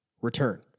return